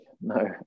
no